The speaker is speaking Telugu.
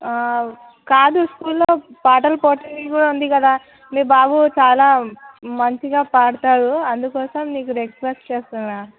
కాదు స్కూల్లో పాటలు పోటీలు కూడా ఉంది కదా మీ బాబు చాలా మంచిగా పాడుతాడు అందుకోసం మీకు రిక్వెస్ట్ చేస్తున్నాను